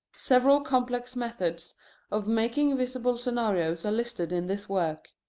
several complex methods of making visible scenarios are listed in this work.